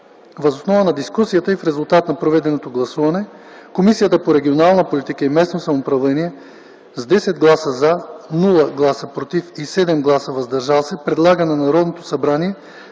Въз основа на дискусията и в резултат на проведеното гласуване, Комисията по регионална политика и местно самоуправление с 10 гласа „за”, 0 гласа „против” и 7 гласа „въздържали се” предлага на Народното събрание